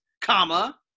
comma